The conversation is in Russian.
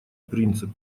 принцип